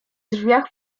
drzwiach